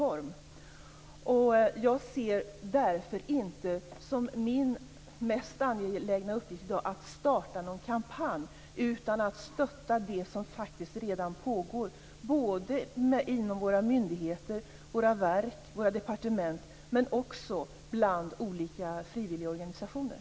Därför ser jag det inte som min mest angelägna uppgift i dag att starta någon kampanj. I stället skall vi stötta det som faktiskt redan pågår inom våra myndigheter, våra verk, våra departement och bland olika frivilliga organisationer.